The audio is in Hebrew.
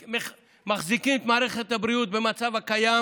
מחזיקים את מערכת הבריאות במצב הקיים,